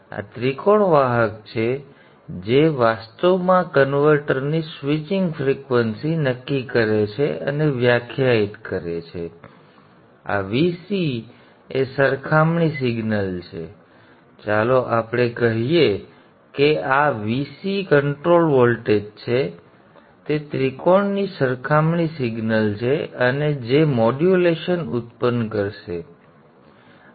હવે આ ત્રિકોણ વાહક છે જે વાસ્તવમાં કન્વર્ટરની સ્વિચિંગ ફ્રિક્વન્સી નક્કી કરે છે અને વ્યાખ્યાયિત કરે છે અને આ Vc એ સરખામણી સિગ્નલ છે ચાલો આપણે કહીએ કે આ Vc કન્ટ્રોલ વોલ્ટેજ છે તે ત્રિકોણની સરખામણી સિગ્નલ છે અને જે મોડ્યુલેશન ઉત્પન્ન કરશે PW મોડ્યુલેશન